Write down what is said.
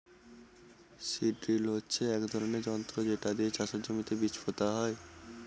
seed drill হচ্ছে এক ধরনের যন্ত্র যেটা দিয়ে চাষের জমিতে বীজ পোতা হয়